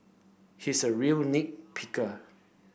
he is a real nit picker